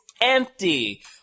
empty